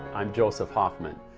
i'm joseph hoffman.